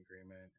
agreement